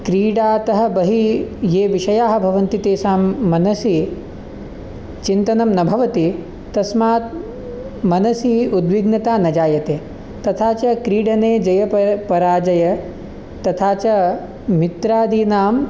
क्रीडातः बहिः ये विषयाः भवन्ति तेषां मनसि चिन्तनं न भवति तस्मात् मनसि उद्विग्नता न जायते तथा च क्रीडने जयपर पराजय तथा च मित्रादीनाम्